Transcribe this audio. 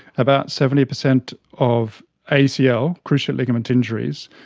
about seventy percent of acl, cruciate ligament injuries,